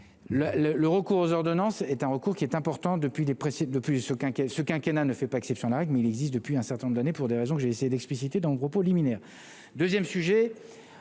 le recours aux ordonnances est un recours qui est important depuis les précède le plus aucun ce quinquennat ne fait pas exception à la règle, mais il existe depuis un certain nombre d'années pour des raisons que j'essaie d'expliciter dans mon propos liminaire 2ème sujet